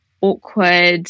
awkward